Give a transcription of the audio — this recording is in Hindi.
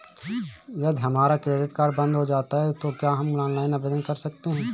यदि हमारा क्रेडिट कार्ड बंद हो जाता है तो क्या हम ऑनलाइन आवेदन कर सकते हैं?